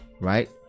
right